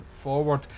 forward